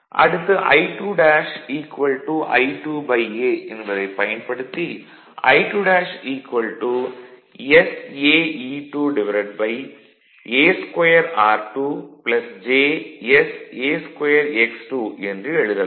அடுத்து I2' I2 a என்பதைப் பயன்படுத்தி I2' saE2 a2r2 jsa2x2 என்று எழுதலாம்